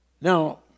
Now